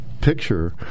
picture